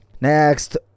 Next